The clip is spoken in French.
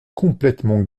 complètement